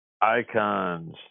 Icons